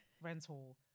rental